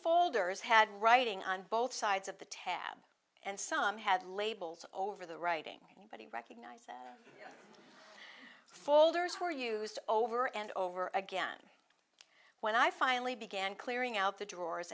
folders had writing on both sides of the tab and some had labels over the writing anybody recognize that folders were used over and over again when i finally began clearing out the drawers